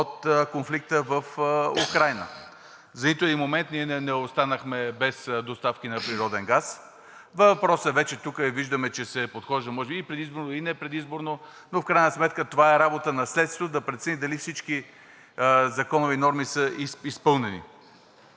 от конфликта в Украйна. За нито един момент ние не останахме без доставки на природен газ. Въпросът вече е – тук виждаме, че се подхожда може би предизборно, и не предизборно, но в крайна сметка това е работа на следствието да прецени дали всички законови норми са изпълнени.